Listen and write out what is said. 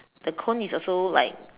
the cone is also like